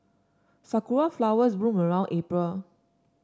sakura flowers bloom around April